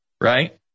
right